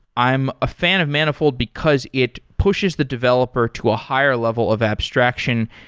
i'm a fan of manifold because it pushes the developer to a higher level of abstraction,